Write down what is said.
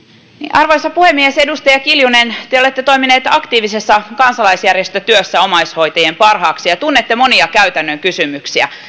arvoisa puhemies edustaja kiljunen te olette toiminut aktiivisessa kansalaisjärjestötyössä omaishoitajien parhaaksi ja ja tunnette monia käytännön kysymyksiä